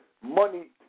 money